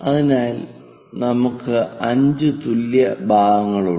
അതിനാൽ നമുക്ക് 5 തുല്യ ഭാഗങ്ങളുണ്ട്